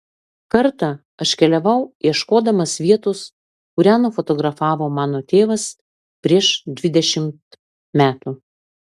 kartą aš keliavau ieškodamas vietos kurią nufotografavo mano tėvas prieš dvidešimt metų